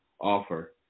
offer